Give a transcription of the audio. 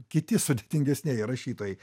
kiti sudėtingesnieji rašytojai